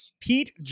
Pete